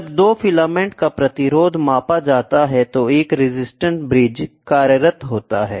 जब 2 फिलामेंट का प्रतिरोध मापा जाता है तो एक रेजिस्टेंस ब्रिज कार्यरत होता है